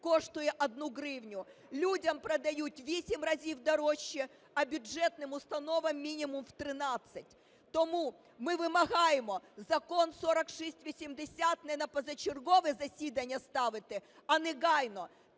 коштує 1 гривню, людям продають у вісім разів дорожче, а бюджетним установам – мінімум в 13. Тому ми вимагаємо Закон 4680 не на позачергове засідання ставити, а негайно.